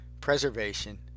preservation